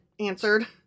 Answered